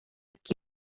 җиттеләр